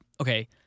okay